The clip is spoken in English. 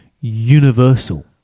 universal